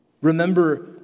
Remember